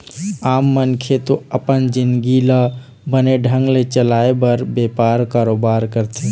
आम मनखे तो अपन जिंनगी ल बने ढंग ले चलाय बर बेपार, कारोबार करथे